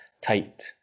tight